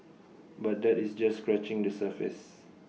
but that is just scratching the surface